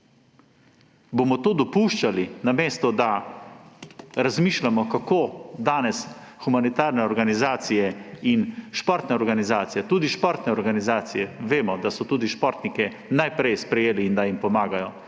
bomo to dopuščali, namesto da razmišljamo, kako bomo danes humanitarnim organizacijam in športnim organizacijam – tudi športnim organizacijam, vemo, da so tudi športnike najprej sprejeli in da jim pomagajo